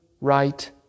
right